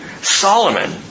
Solomon